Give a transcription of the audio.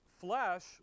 flesh